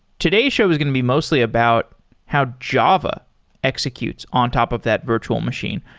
today's show is going to be mostly about how java executes on top of that virtual machine.